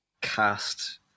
cast